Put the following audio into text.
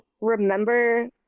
remember